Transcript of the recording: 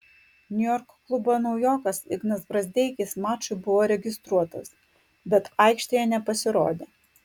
niujorko klubo naujokas ignas brazdeikis mačui buvo registruotas bet aikštėje nepasirodė